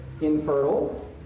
infertile